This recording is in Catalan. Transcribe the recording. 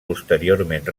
posteriorment